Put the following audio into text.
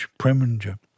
Preminger